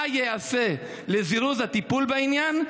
2. מה ייעשה לזירוז הטיפול בעניין?